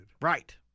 right